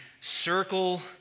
circle